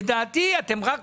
לדעתי, אתם רק